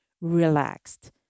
relaxed